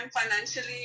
financially